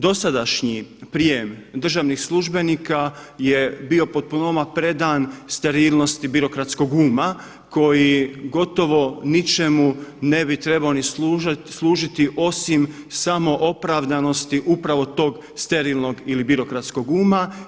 Dosadašnji prijem državnih službenika je bio potpunoma predan sterilnosti birokratskog uma koji gotovo ničemu ne bi trebao ni služiti osim samo opravdanosti upravo tog sterilnog ili birokratskog uma.